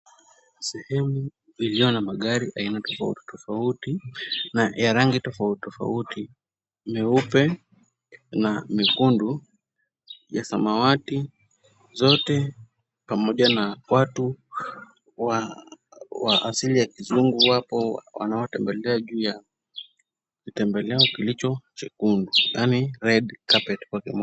Sehemu iliyo na magari aina tofauti tofauti na ya rangi tofauti tofauti, meupe na mekundu, ya samawati, zote pamoja na watu wa asili ya kizungu wapo wanawatembelea juu ya vitembeleo kilicho chekundu, yaani red carpet kwa kimombo.